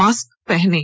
mask पहनें